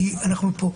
כי אנחנו פה.